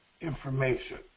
information